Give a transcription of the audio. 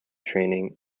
training